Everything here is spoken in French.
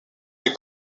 les